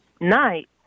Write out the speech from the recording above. night